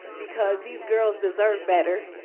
because these girls deserve better,